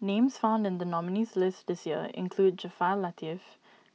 names found in the nominees' list this year include Jaafar Latiff